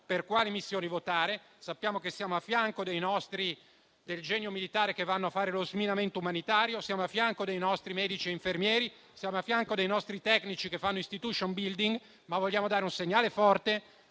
per quali missioni votare; sappiamo che siamo a fianco del genio militare che va a fare lo sminamento umanitario, dei nostri medici e infermieri, dei nostri tecnici che fanno *istitution building*, ma vogliamo dare un segnale forte